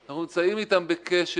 שאנחנו נמצאים איתם בקשר,